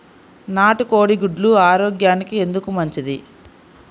నాటు కోడి గుడ్లు ఆరోగ్యానికి ఎందుకు మంచిది?